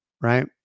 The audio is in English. right